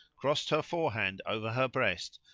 crossed her forehand over her breast,